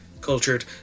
cultured